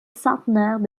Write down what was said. centenaires